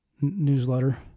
newsletter